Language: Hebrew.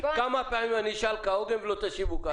כמה פעמים אני אשאל כהוגן ולא תשיבו כהלכה?